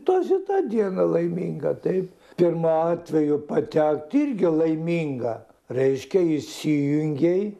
nors ir ta diena laiminga taip pirmu atveju patekt irgi laiminga reiškia įsijungei